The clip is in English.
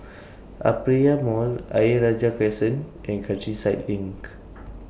Aperia Mall Ayer Rajah Crescent and Countryside LINK